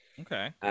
okay